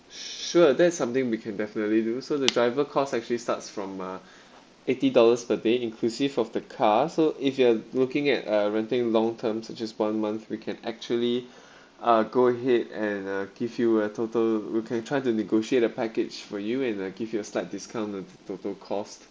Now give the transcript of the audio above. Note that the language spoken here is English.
s~ sure that's something we can definitely do so the driver cost actually starts from uh eighty dollars per day inclusive of the car so if you are looking at uh renting long term such as one month we can actually uh go ahead and uh give you a total we can try to negotiate a package for you and uh give you a slight discount the total cost